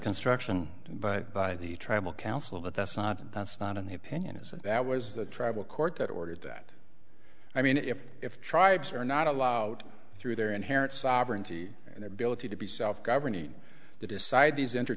construction but by the tribal council but that's not that's not in the opinion isn't that was the tribal court that ordered that i mean if if tribes are not allowed through their inherent sovereignty and ability to be self governing to decide these